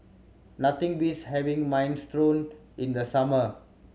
nothing beats having Minestrone in the summer